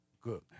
Good